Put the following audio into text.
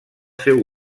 seu